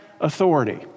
authority